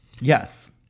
Yes